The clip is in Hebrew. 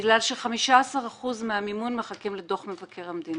בגלל ש-15% מהמימון מחכים לדוח מבקר המדינה.